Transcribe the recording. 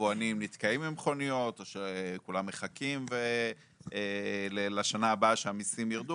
היבואנים נתקעים אם מכוניות או שכולם מחכים לשנה הבאה שהמיסים יירדו,